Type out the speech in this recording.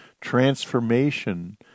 Transformation